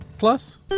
Plus